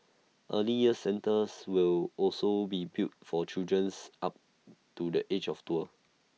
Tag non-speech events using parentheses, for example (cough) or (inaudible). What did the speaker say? early years centres will also be built for children's up (noise) to the age of four